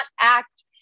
act